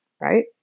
right